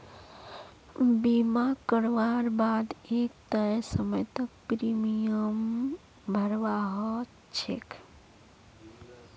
बीमा करवार बा द एक तय समय तक प्रीमियम भरवा ह छेक